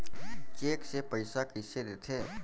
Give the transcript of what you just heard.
Cheque से पइसा कइसे देथे?